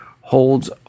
holds